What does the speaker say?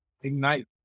ignite